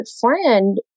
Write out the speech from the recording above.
friend